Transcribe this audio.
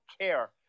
care